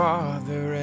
Father